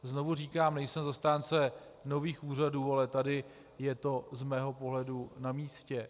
Znovu říkám, nejsem zastánce nových úřadů, ale tady je to z mého pohledu namístě.